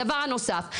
הדבר הנוסף,